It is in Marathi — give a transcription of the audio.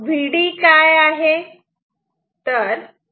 Vd काय आहे